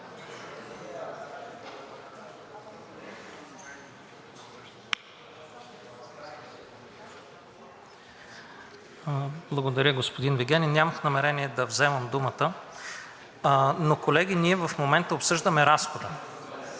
Благодаря, господин Вигенин. Нямах намерение да вземам думата. Колеги, ние в момента обсъждаме разхода.